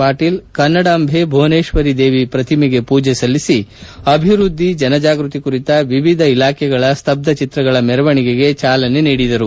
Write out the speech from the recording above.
ಪಾಟೀಲ್ ಕನ್ನಡಾಂಬೆ ಭುವನೇಶ್ವರಿ ದೇವಿ ಪ್ರತಿಮೆಗೆ ಪೂಜೆ ಸಲ್ಲಿಸಿ ಅಭಿವೃದ್ಧಿ ಜನಜಾಗೃತಿ ಕುರಿತ ವಿವಿಧ ಇಲಾಖೆಗಳ ಸ್ತಬ್ಬಚಿತ್ರಗಳ ಮೆರವಣಿಗೆಗೆ ಜಾಲನೆ ನೀಡಿದರು